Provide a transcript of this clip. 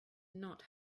not